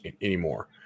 anymore